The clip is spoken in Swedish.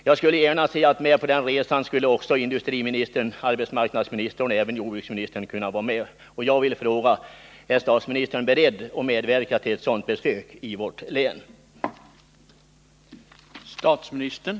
Jag skulle gärna se att med på den resan vore också industriministern, arbetsmarknadsministern och jordbruksministern, och jag vill fråga: Är statsministern beredd att medverka till att ett sådant besök i vårt län kommer till stånd?